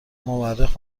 مورخ